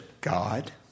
God